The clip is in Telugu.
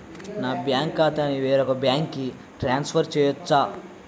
నా బ్యాంక్ ఖాతాని వేరొక బ్యాంక్కి ట్రాన్స్ఫర్ చేయొచ్చా?